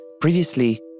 Previously